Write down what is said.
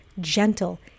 gentle